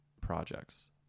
projects